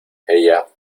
ella